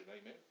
Amen